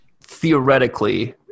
theoretically